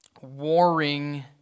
warring